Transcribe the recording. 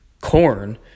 corn